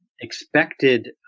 expected